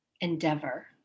endeavor